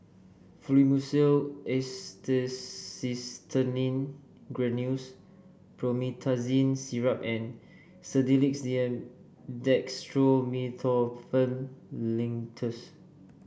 Fluimucil Acetylcysteine Granules Promethazine Syrup and Sedilix D M Dextromethorphan Linctus